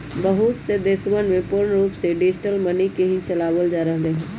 बहुत से देशवन में पूर्ण रूप से डिजिटल मनी के ही चलावल जा रहले है